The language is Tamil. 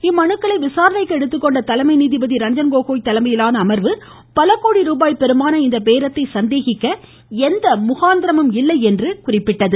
இம்மனுக்களை விசாரணைக்கு எடுத்துக்கொண்ட தலைமை நீதிபதி ரஞ்சன் கோகோய் தலைமையிலான அமர்வு பல கோடி ருபாய் பெறுமான இந்த பேரத்தை சந்தேகிக்க எந்த முகாந்திரமும் இல்லை என்றும் கூறியுள்ளது